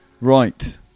Right